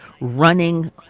running